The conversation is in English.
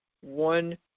one